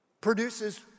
produces